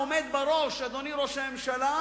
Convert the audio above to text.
העומד בראש, אדוני ראש הממשלה,